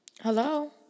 Hello